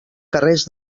carrers